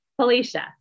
felicia